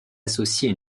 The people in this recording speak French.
associée